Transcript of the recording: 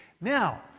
Now